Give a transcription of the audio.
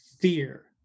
fear